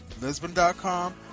Lisbon.com